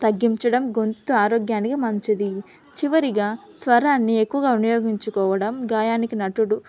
తగ్గించడం గొంతు ఆరోగ్యానికి మంచిది చివరిగా స్వరాన్ని ఎక్కువగా వినియోగించుకోవడం గాయానికి నటుడు